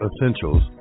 Essentials